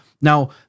Now